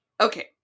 Okay